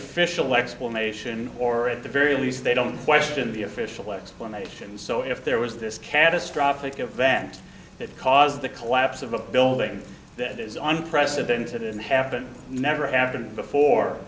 official explanation or at the very least they don't question the official explanations so if there was this catastrophic event that caused the collapse of a building that is unprecedented and happen never afternoon before